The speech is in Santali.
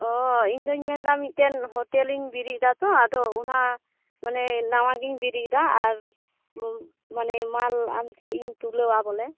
ᱚᱻ ᱤᱧᱫᱚᱧ ᱢᱮᱱ ᱮᱫᱟ ᱢᱤᱫᱴᱮᱱ ᱦᱳᱴᱮᱞᱤᱧ ᱵᱤᱨᱤᱫ ᱮᱫᱟᱛᱚ ᱟᱫᱚ ᱚᱱᱟ ᱢᱟᱱᱮ ᱱᱚᱣᱟᱜᱮᱧ ᱵᱤᱨᱤᱫ ᱮᱫᱟ ᱟᱨ ᱢᱟᱱᱮ ᱢᱟᱞ ᱟᱢᱴᱷᱮᱱᱤᱧ ᱛᱩᱞᱟᱹᱣᱟ ᱵᱚᱞᱮ